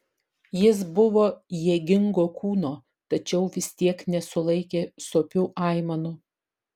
jis buvo jėgingo kūno tačiau vis tiek nesulaikė sopių aimanų